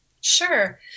Sure